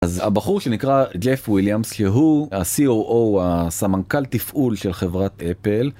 אז הבחור שנקרא ג׳ף ויליאמס שהוא ה־COO, הסמנכ״ל תפעול של חברת אפל.